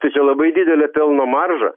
tai čia labai didelė pelno marža